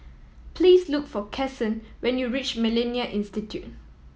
please look for Cason when you reach Millennia Institute